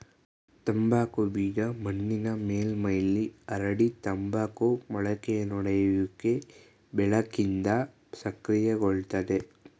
ತಂಬಾಕು ಬೀಜ ಮಣ್ಣಿನ ಮೇಲ್ಮೈಲಿ ಹರಡಿ ತಂಬಾಕು ಮೊಳಕೆಯೊಡೆಯುವಿಕೆ ಬೆಳಕಿಂದ ಸಕ್ರಿಯಗೊಳ್ತದೆ